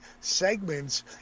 segments